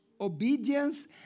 obedience